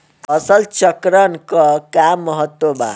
फसल चक्रण क का महत्त्व बा?